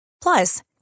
Plus